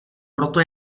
proto